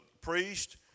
priest